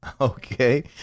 okay